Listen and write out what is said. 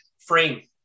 frame